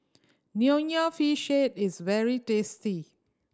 Nonya Fish Head is very tasty